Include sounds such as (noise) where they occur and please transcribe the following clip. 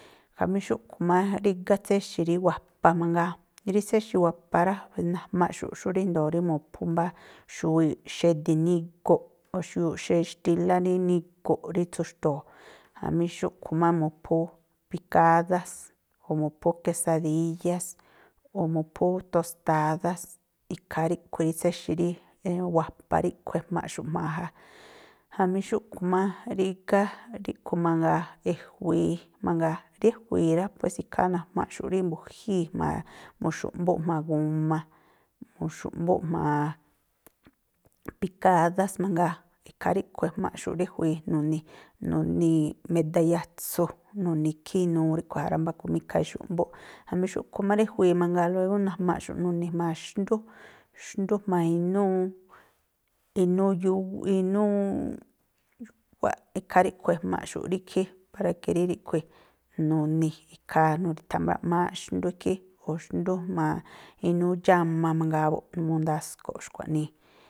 Jamí xúꞌkhui̱ má rígá tséxi̱ rí wapa mangaa. Rí tséxi̱ wapa ra, najmaꞌxu̱ꞌ xú ríjndo̱o rí mu̱phú mbá xuwiꞌ xedi̱ nigu̱ꞌ, o̱ xu̱yuuꞌ xextílá rí nigu̱ꞌ rí tsu̱xto̱o̱, jamí xúꞌkhui̱ má mu̱phú pikádás, o̱ mu̱phú kesadíyás, o̱ mu̱phú tostádás, ikhaa ríꞌkhui̱ rí tséxi̱ rí (hesitation) wapa ríꞌkhui̱ ejmaꞌxu̱ꞌ jma̱a ja. Jamí xúꞌkhui̱ má rígá ríꞌkhui̱ mangaa, e̱jui̱i mangaa. Rí e̱jui̱i rá, pues ikhaa najmaꞌxu̱ꞌ rí mbu̱jíi̱ jma̱a, mu̱xu̱ꞌmbúꞌ jma̱a guma, mu̱xu̱ꞌmbúꞌ jma̱a pikádás mangaa, ikhaa ríꞌkhui̱ ejmaꞌxu̱ꞌ rí e̱jui̱i, nu̱ni̱, nu̱ni̱ meda yatsu̱, nu̱ni̱ ikhí inuu ríꞌkhui̱ ja rá. Mbáku má ikhaa i̱xu̱ꞌmbúꞌ. Jamí xúꞌkhui̱ má rí e̱jui̱i mangaa, luégó najmaꞌxu̱ꞌ nu̱ni̱ jma̱a xndú, xndú jma̱a inúú, inúú (unintelligible) ikhaa ríꞌkhui̱ ejmaꞌxu̱ꞌ rí ikhí, para que rí ríꞌkhui̱, nu̱ni̱ ikhaa, nu̱ri̱ꞌtha̱ra̱ꞌmááꞌ xndú ikhí, o̱ xndú jma̱a inúú dxáma mangaa buꞌ, numuu ndasko̱ꞌ xkua̱ꞌnii.